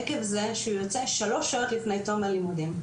עקב זה שהוא יוצא שלוש שעות לפני תום הלימודים.